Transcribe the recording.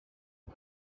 کمی